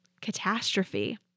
catastrophe